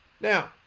Now